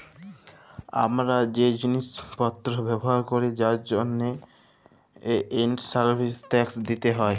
হামরা যে জিলিস পত্র ব্যবহার ক্যরি তার জন্হে গুডস এন্ড সার্ভিস ট্যাক্স দিতে হ্যয়